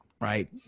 Right